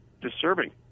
disturbing